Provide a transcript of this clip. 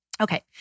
Okay